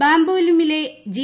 ബാംബോലിമിലെ G